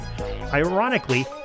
ironically